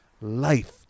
life